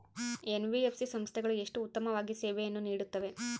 NBFC ಸಂಸ್ಥೆಗಳು ಎಷ್ಟು ಉತ್ತಮವಾಗಿ ಸೇವೆಯನ್ನು ನೇಡುತ್ತವೆ?